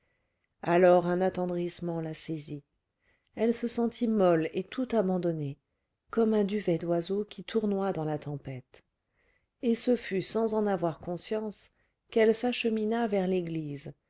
alors un attendrissement la saisit elle se sentit molle et tout abandonnée comme un duvet d'oiseau qui tournoie dans la tempête et ce fut sans en avoir conscience qu'elle s'achemina vers l'église